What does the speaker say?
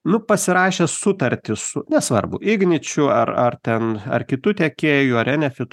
nu pasirašęs sutartį su nesvarbu igničiu ar ar ten ar kitu tiekėju ar enefit